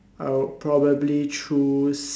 I would probably choose